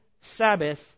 Sabbath